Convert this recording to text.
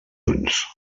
junts